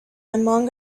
among